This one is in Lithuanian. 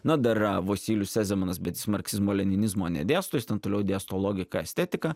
na dar yra vosylius sezemanas bet jis marksizmo leninizmo nedėsto jis ten toliau dėsto logiką estetiką